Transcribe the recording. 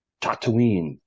Tatooine